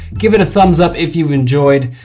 give it a thumbs up if you've enjoyed,